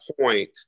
point